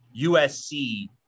USC